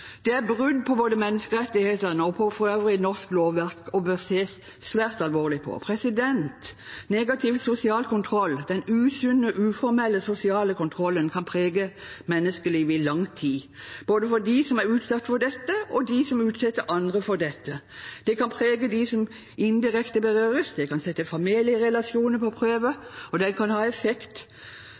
Det er brudd på menneskerettighetene og for øvrig på norsk lov og bør ses svært alvorlig på. Negativ sosial kontroll, den usunne, uformelle sosiale kontrollen, kan prege menneskelivet i lang tid – både de som er utsatt for dette, og de som utsetter andre for det. Det kan prege dem som indirekte berøres, det kan sette familierelasjoner på prøve, og det kan ha som effekt